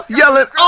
yelling